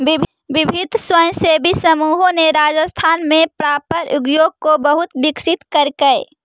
विभिन्न स्वयंसेवी समूहों ने राजस्थान में पापड़ उद्योग को बहुत विकसित करकई